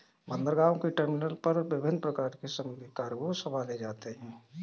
बंदरगाहों के टर्मिनल पर विभिन्न प्रकार के समुद्री कार्गो संभाले जाते हैं